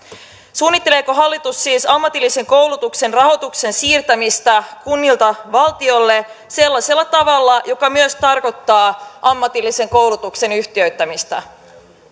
suunnitteleeko hallitus siis ammatillisen koulutuksen rahoituksen siirtämistä kunnilta valtiolle sellaisella tavalla joka myös tarkoittaa ammatillisen koulutuksen yhtiöittämistä